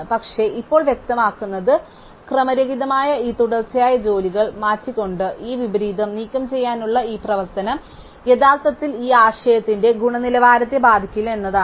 പക്ഷേ ഇപ്പോൾ വ്യക്തമാകുന്നത് ക്രമരഹിതമായ ഈ തുടർച്ചയായ ജോലികൾ മാറ്റിക്കൊണ്ട് ഈ വിപരീത നീക്കം ചെയ്യാനുള്ള ഈ പ്രവർത്തനം യഥാർത്ഥത്തിൽ ഈ ആശയത്തിന്റെ ഗുണനിലവാരത്തെ ബാധിക്കില്ല എന്നതാണ്